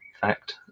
fact